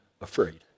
afraid